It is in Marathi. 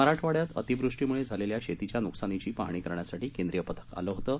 मराठवाड्यातअतिवृष्टीमुळेझालेल्याशेतीच्यानुकसानीचीपाहणीकरण्यासाठीकेंद्रीयपथकआलं होतं